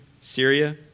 Syria